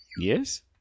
yes